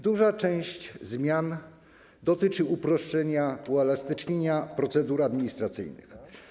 Duża część zmian dotyczy uproszczenia, uelastycznienia procedur administracyjnych.